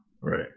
Right